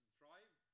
drive